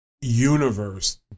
universe